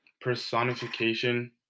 personification